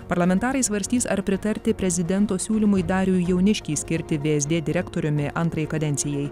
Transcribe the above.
parlamentarai svarstys ar pritarti prezidento siūlymui darių jauniškį skirti vsd direktoriumi antrai kadencijai